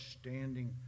standing